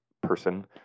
person